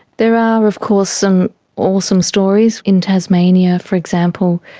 there are of course some awesome stories in tasmania, for example.